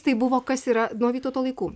tai buvo kas yra nuo vytauto laikų